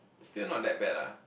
still not that bad lah